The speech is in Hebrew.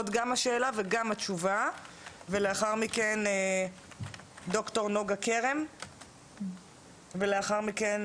גם שהשאלה וגם התשובה ולאחר מכן ד"ר נוגה כרם ולאחר מכן